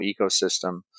ecosystem